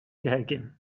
gegin